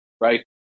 right